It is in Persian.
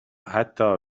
حتی